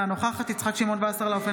אינה נוכחת יצחק שמעון וסרלאוף,